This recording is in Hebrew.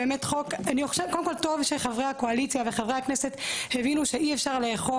טוב שחברי הקואליציה וחברי הכנסת הבינו שאי אפשר לאכוף